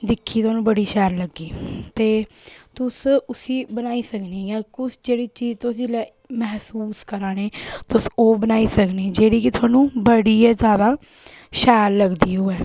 दिक्खी तुसें बड़ी शैल लग्गी ते तुस उसी बनाई सकने इ'यां उस जेह्ड़ी चीज तुस जेल्लै मैहसूस करै ने तुस ओह् बनाई सकने जेह्ड़ी कि थोहानू बड़ी गै ज्यादे शैल लगदी होऐ